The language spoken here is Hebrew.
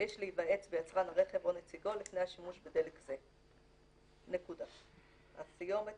יש להיוועץ ביצרן הרכב או נציגו לפני השימוש בדלק זה"." את הסיומת